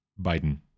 Biden